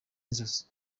inzozi